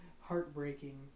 heartbreaking